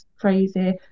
crazy